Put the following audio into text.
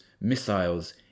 missiles